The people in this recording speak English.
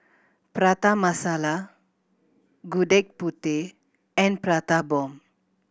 Prata Masala Gudeg Putih and Prata Bomb